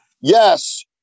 Yes